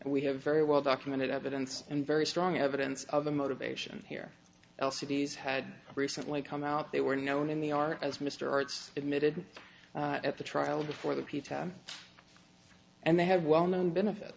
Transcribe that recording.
and we have very well documented evidence and very strong evidence of the motivation here l c d s had recently come out they were known in the art as mr arts admitted at the trial before the p t and they had well known benefit